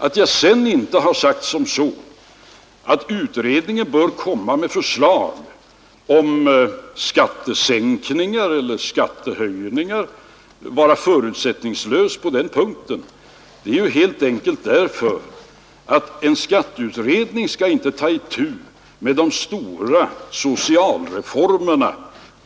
Att jag inte skrivit att utredningen bör lägga fram förslag om skattesänkningar eller skattehöjningar, dvs. vara förutsättningslös på den punkten, beror helt enkelt på att en skatteutredning inte skall ta itu med de stora sociala reformerna